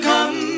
Come